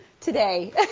today